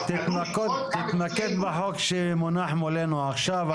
תתמקד בחוק שמונח מולנו עכשיו.